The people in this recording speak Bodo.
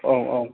औ औ